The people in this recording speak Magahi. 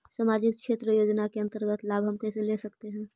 समाजिक क्षेत्र योजना के अंतर्गत लाभ हम कैसे ले सकतें हैं?